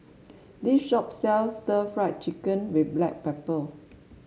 this shop sells stir Fry Chicken with Black Pepper